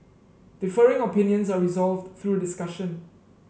differing opinions are resolved through discussion